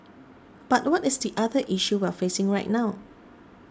but what is the other issue we're facing right now